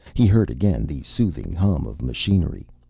he heard again the soothing hum of machinery,